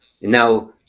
now